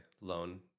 loan